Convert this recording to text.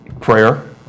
prayer